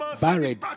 buried